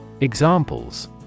Examples